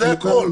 זה הכול.